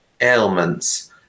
ailments